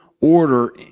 order